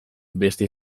beste